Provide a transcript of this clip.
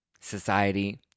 society